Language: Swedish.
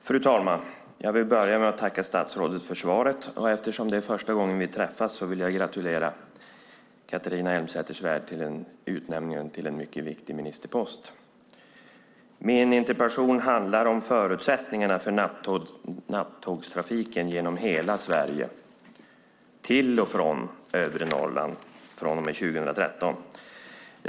Fru talman! Jag vill börja med att tacka statsrådet för svaret. Eftersom det är första gången vi träffas vill jag gratulera Catharina Elmsäter-Svärd till utnämningen på en mycket viktig ministerpost. Min interpellation handlar om förutsättningarna för nattågstrafiken genom hela Sverige till och från övre Norrland från och med 2013.